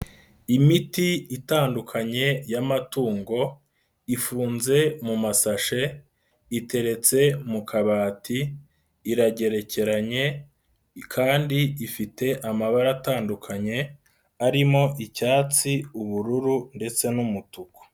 Imiti itandukanye y'amatungo, ifunze mu masashe, iteretse mu kabati iragerekeranye kandi ifite amabara atandukanye arimo: icyatsi, ubururu ndetse n'umutuku.